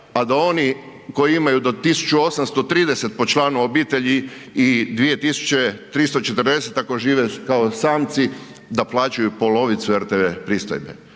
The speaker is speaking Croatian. a da oni koji imaju do 1.830 po članu obitelji i 2.340 ako žive kao samci da plaćaju polovicu rtv pristojbe.